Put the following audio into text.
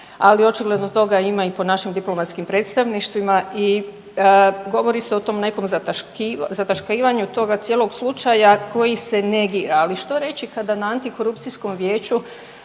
ali očigledno toga ima i po našim diplomatskim predstavništvima i govori se o tom nekom zataškivanju toga cijelog slučaja koji se negira. Ali što reći kada na antikorupcijskom vijeću